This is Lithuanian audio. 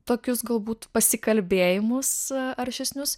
tokius galbūt pasikalbėjimus aršesnius